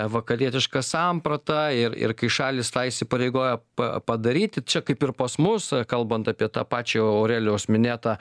vakarietišką sampratą ir ir kai šalys tą įsipareigoja pa padaryti čia kaip ir pas mus kalbant apie tą pačią aurelijaus minėtą